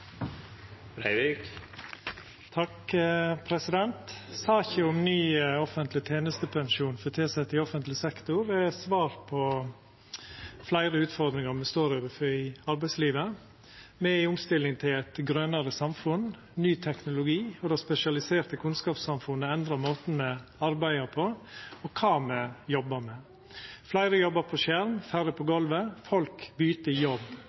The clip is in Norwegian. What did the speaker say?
Saka om ny offentleg tenestepensjon for tilsette i offentleg sektor har svart på fleire utfordringar me står overfor i arbeidslivet. Me er i omstilling til eit grønare samfunn. Ny teknologi og det spesialiserte kunnskapssamfunnet endrar måten me arbeider på, og kva me jobbar med: Fleire jobbar på skjerm, færre på golvet, folk byter jobb